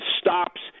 stops